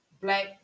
black